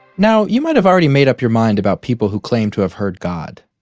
now, you might have already made up your mind about people who claim to have heard god.